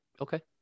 Okay